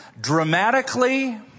dramatically